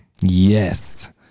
Yes